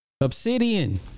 Obsidian